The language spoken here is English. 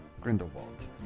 Grindelwald